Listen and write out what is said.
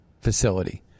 facility